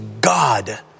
God